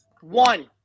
One